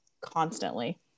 constantly